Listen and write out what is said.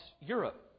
Europe